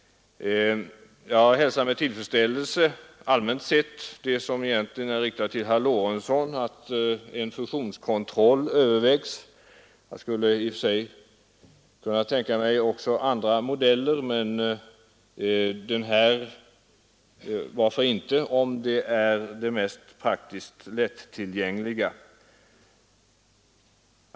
Jag hälsar med tillfredsställelse, allmänt sett, det svar som egentligen är riktat till herr Lorentzon, nämligen att en fusionskontroll övervägs. Jag skulle i och för sig kunna tänka mig även andra modeller, men varför inte denna om den är den praktiskt mest lättillgängliga.